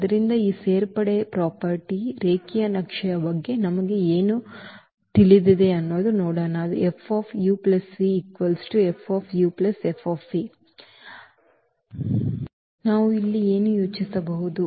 ಆದ್ದರಿಂದ ಈ ಸೇರ್ಪಡೆ ಆಸ್ತಿಯ ರೇಖೀಯ ನಕ್ಷೆಯ ಬಗ್ಗೆ ನಮಗೆ ಏನು ಗೊತ್ತು ಅದು ನಾವು ಇಲ್ಲಿ ಏನು ಯೋಚಿಸಬಹುದು